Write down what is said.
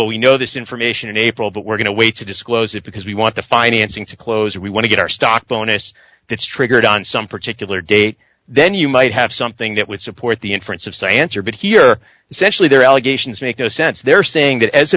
well we know this information in april but we're going to wait to disclose it because we want the financing to close we want to get our stock bonus that's triggered on some particular date then you might have something that would support the inference of say answer but here essentially their allegations make no sense they're saying that as